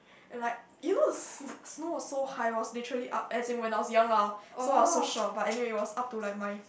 and like you know the s~ snow was so high it was literally up as in when I was young lah so I was so short but anyway it was up to like my